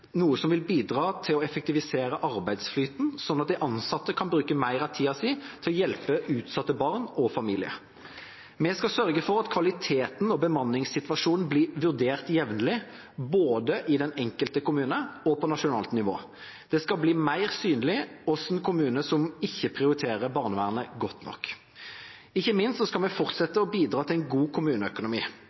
vil bidra til å effektivisere arbeidsflyten slik at de ansatte kan bruke mer av tida si til å hjelpe utsatte barn og familier. Vi skal sørge for at kvaliteten og bemanningssituasjonen blir vurdert jevnlig, både i den enkelte kommune og på nasjonalt nivå. Det skal bli mer synlig hvilken kommune som ikke prioriterer barnevernet godt nok. Ikke minst skal vi fortsette å bidra til en god kommuneøkonomi.